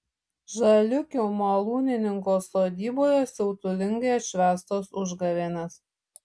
žaliūkių malūnininko sodyboje siautulingai atšvęstos užgavėnės